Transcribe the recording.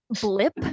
blip